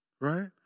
Right